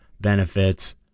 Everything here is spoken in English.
benefits